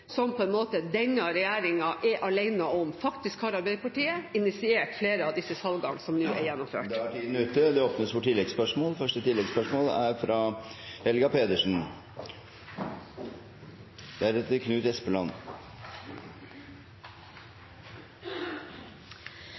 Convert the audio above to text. som denne regjeringen er alene om. Faktisk har Arbeiderpartiet initiert flere av disse salgene som nå er gjennomført. Det åpnes for oppfølgingsspørsmål – først Helga Pedersen.